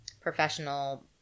professional